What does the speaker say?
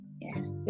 Yes